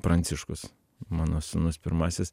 pranciškus mano sūnus pirmasis